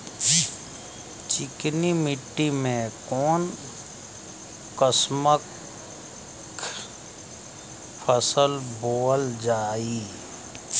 चिकनी मिट्टी में कऊन कसमक फसल बोवल जाई?